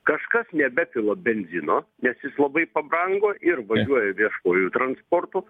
kažkas nebepila benzino nes jis labai pabrango ir važiuoja viešuoju transportu